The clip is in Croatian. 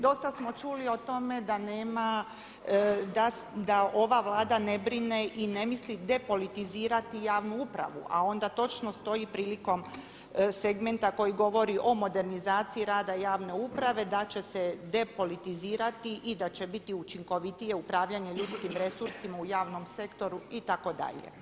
Dosta smo čuli o tome da nema, da ova Vlada ne brine i ne misli depolitizirati javnu upravu, a onda točno stoji prilikom segmenta koji govori o modernizaciji rada javne uprave da će se depolitizirati i da će biti učinkovitije upravljanje ljudskim resursima u javnom sektoru itd.